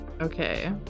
Okay